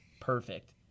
perfect